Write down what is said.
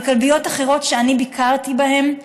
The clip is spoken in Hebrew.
אבל כלביות אחרות שאני ביקרתי בהן,